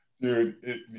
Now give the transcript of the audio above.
dude